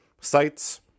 sites